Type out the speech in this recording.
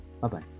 Bye-bye